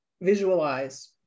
visualize